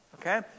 okay